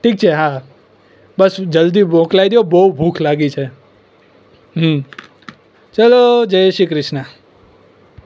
ઠીક છે હા બસ જલ્દી મોકલાવી દો બહુ ભૂખ લાગી છે ચાલો જય શ્રી કૃષ્ણ